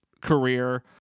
career